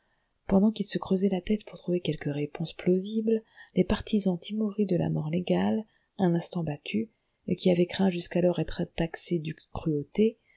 pendant qu'ils se creusaient la tête pour trouver quelques réponses plausibles les partisans timorés de la mort légale un instant battus et qui avaient craint jusqu'alors d'être taxés de cruauté